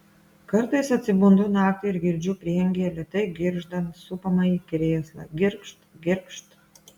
kartais atsibundu naktį ir girdžiu prieangyje lėtai girgždant supamąjį krėslą girgžt girgžt